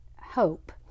hope